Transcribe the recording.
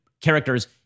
characters